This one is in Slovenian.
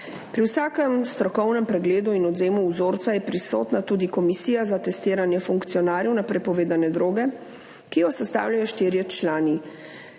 Pri vsakem strokovnem pregledu in odvzemu vzorca je prisotna tudi komisija za testiranje funkcionarjev na prepovedane droge, ki jo sestavljajo štirje člani: